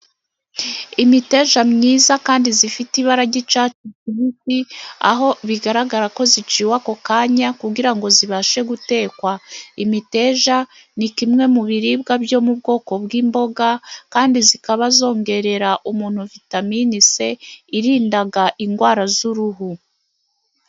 Imiteja myiza kandi ifite ibara ry'icyatsi kibisi, aho bigaragara ko yaciwe ako kanya kugira ngo ibashe gutekwa, imiteja ni kimwe mu biribwa byo mu bwoko bw'imboga, kandi zikaba zongerera umuntu vitaminini se irinda indwara z'uruhu.